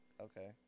Okay